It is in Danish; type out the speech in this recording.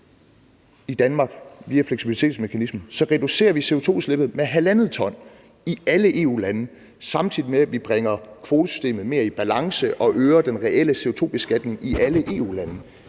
i Danmark via fleksibilitetsmekanismen, reducerer vi CO2-udslippet med 1,5 t i alle EU-lande, samtidig med at vi bringer kvotesystemet mere i balance og øger den reelle CO2-beskatning i alle EU-lande.